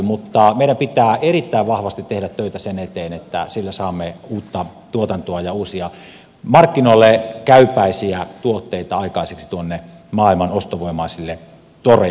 mutta meidän pitää erittäin vahvasti tehdä töitä sen eteen että sillä saamme uutta tuotantoa ja uusia markkinoille käypäisiä tuotteita aikaiseksi tuonne maailman ostovoimaisille toreille ja turuille